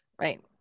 Right